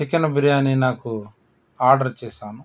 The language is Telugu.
చికెన్ బిర్యానీ నాకు ఆర్డరు చేశాను